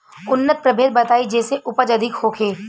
उन्नत प्रभेद बताई जेसे उपज अधिक होखे?